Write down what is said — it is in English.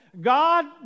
God